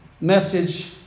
message